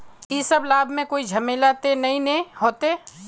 इ सब लाभ में कोई झमेला ते नय ने होते?